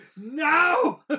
no